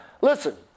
Listen